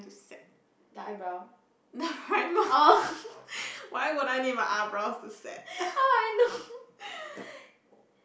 set the primer why would I need my eyebrows to set